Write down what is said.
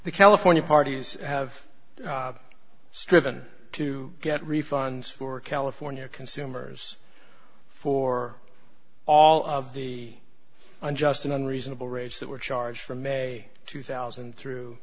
the california parties have striven to get refunds for california consumers for all of the unjust and on reasonable rates that were charged from may two thousand through